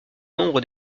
nombre